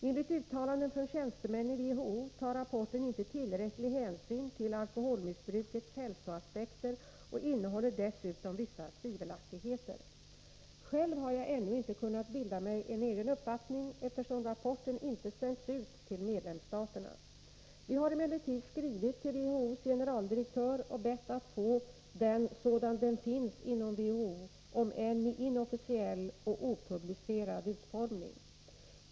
Enligt uttalanden från tjänstemän i WHO tar rapporten inte tillräcklig hänsyn till akoholmissbrukets hälsoaspekter och innehåller dessutom vissa tvivelaktigheter. Själv har jag ännu inte kunnat bilda mig en egen uppfattning, eftersom rapporten inte sänts ut till medlemsstaterna. Vi har emellertid skrivit till WHO:s generaldirektör och bett att få den sådan den finns inom WHO, om än i inofficiell och opublicerad utformning.